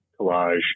collage